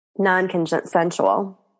non-consensual